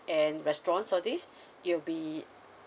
and restaurant so this it'll be